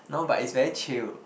no but it's very chilled